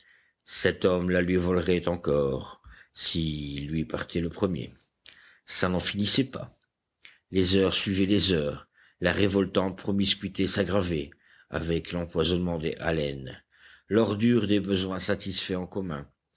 cet homme la lui volerait encore si lui partait le premier ça n'en finissait pas les heures suivaient les heures la révoltante promiscuité s'aggravait avec l'empoisonnement des haleines l'ordure des besoins satisfaits en commun